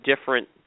different